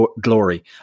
glory